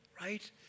right